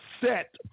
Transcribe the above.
set